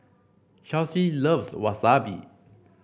Chelsea loves Wasabi